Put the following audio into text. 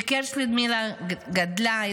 בקרץ' לודמילה גדלה,